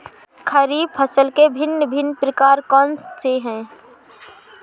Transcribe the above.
खरीब फसल के भिन भिन प्रकार कौन से हैं?